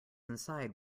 inside